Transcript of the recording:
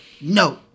no